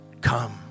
come